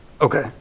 Okay